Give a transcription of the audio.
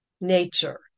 nature